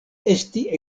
esti